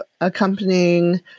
accompanying